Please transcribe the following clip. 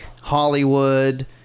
Hollywood